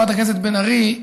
חברת הכנסת בן ארי,